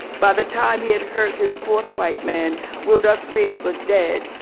by the time he had hurt his fourth white man rudolph reed was dead.